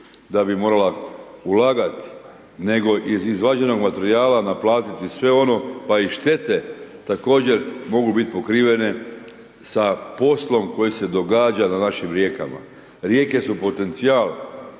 da bi morala ulagat, nego iz izvađenog materijala naplatiti sve ono, pa i štete također mogu bit pokrivene sa poslom koji se događa na našim rijekama. Rijeke su potencijal